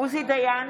עוזי דיין,